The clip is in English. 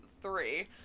three